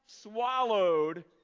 swallowed